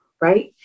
Right